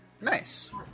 Nice